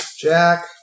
Jack